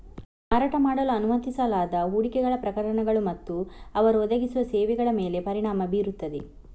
ಮಾರಾಟ ಮಾಡಲು ಅನುಮತಿಸಲಾದ ಹೂಡಿಕೆಗಳ ಪ್ರಕಾರಗಳು ಮತ್ತು ಅವರು ಒದಗಿಸುವ ಸೇವೆಗಳ ಮೇಲೆ ಪರಿಣಾಮ ಬೀರುತ್ತದೆ